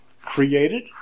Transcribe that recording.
created